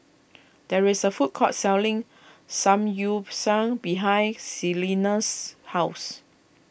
there is a food court selling Samgyeopsal behind Celina's house